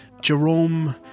Jerome